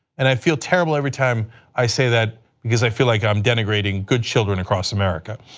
and i feel terrible every time i say that because i feel like i am denigrating good children across america.